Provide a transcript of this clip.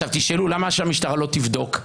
תשאלו, למה שהמשטרה לא תבדוק?